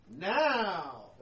now